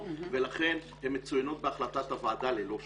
ולכן הן מצוינות בהחלטת הוועדה ללא שם.